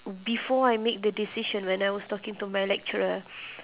before I make the decision when I was talking to my lecturer